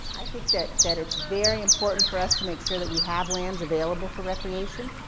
i think that, that, it's very important for us to make sure that we have lands available for recreation.